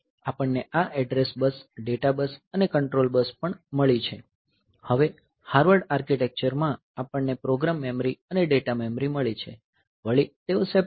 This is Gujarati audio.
આપણને આ એડ્રેસ બસ ડેટા બસ અને કંટ્રોલ બસ મળી છે હવે હાર્વર્ડ આર્કિટેક્ચરમાં આપણને પ્રોગ્રામ મેમરી અને ડેટા મેમરી મળી છે વળી તેઓ સેપરેટ છે